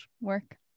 work